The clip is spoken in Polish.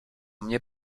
mnie